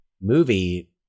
movie